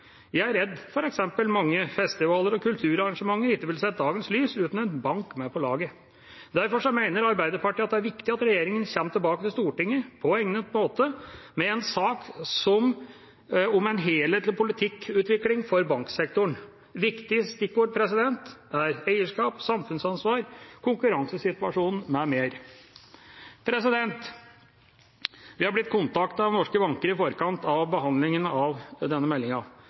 Jeg er redd f.eks. mange festivaler og kulturarrangementer ikke ville sett dagens lys uten en bank med på laget. Derfor mener Arbeiderpartiet at det er viktig at regjeringa kommer tilbake til Stortinget på egnet måte med en sak om en helhetlig politikkutvikling for banksektoren. Viktige stikkord er eierskap, samfunnsansvar, konkurransesituasjonen m.m. Vi er blitt kontaktet av norske banker i forkant av behandlinga av denne